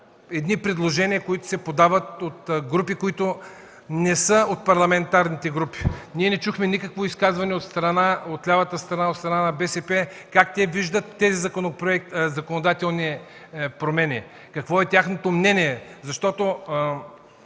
има предложения, които се подават от групи, които не са от парламентарните групи. Ние не чухме никакво изказване от лявата страна, от страна на БСП, как те виждат тези законодателни промени, какво е тяхното мнение?